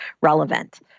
relevant